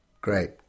Great